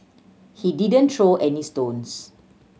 he didn't throw any stones